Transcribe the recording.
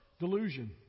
delusion